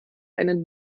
eine